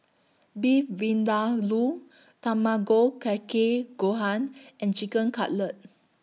Beef Vindaloo Tamago Kake Gohan and Chicken Cutlet